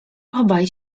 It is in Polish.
obaj